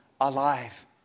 alive